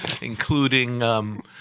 including